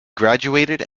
graduated